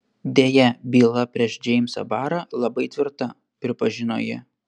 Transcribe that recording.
deja byla prieš džeimsą barą labai tvirta pripažino ji